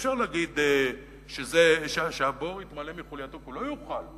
אי-אפשר להגיד שהבור יתמלא מחולייתו, הוא לא יוכל.